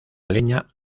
leña